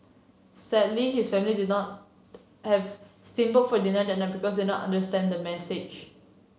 sadly his family did not have steam boat for dinner that night because they not understand the message